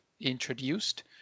introduced